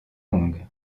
longue